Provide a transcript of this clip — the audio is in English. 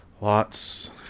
lots